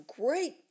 great